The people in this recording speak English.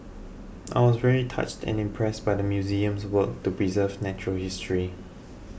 I was very touched and impressed by the museum's work to preserve natural history